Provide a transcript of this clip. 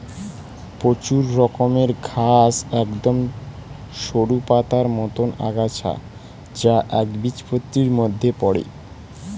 প্রচুর রকমের ঘাস একদম সরু পাতার মতন আগাছা যা একবীজপত্রীর মধ্যে পড়ে